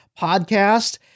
podcast